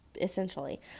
essentially